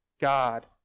God